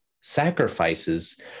sacrifices